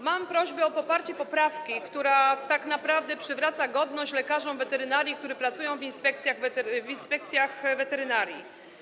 Mam prośbę o poparcie poprawki, która tak naprawdę przywraca godność lekarzom weterynarii, którzy pracują w inspekcjach weterynarii.